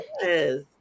Yes